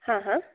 हा हा